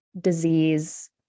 disease